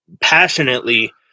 passionately